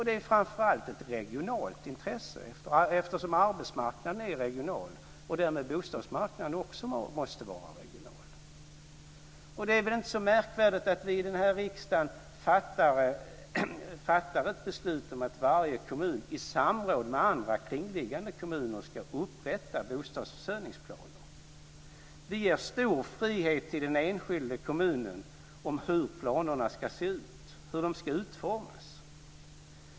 Det är framför allt ett regionalt intresse, eftersom arbetsmarknaden är regional och därmed bostadsmarknaden också måste vara regional. Det är väl inte så märkvärdigt att vi i riksdagen fattar ett beslut om att varje kommun i samråd med andra, kringliggande kommuner ska upprätta bostadsförsörjningsplaner. Vi ger stor frihet till den enskilda kommunen i fråga om hur planerna ska se ut, hur de ska utformas.